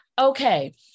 okay